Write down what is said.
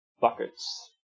buckets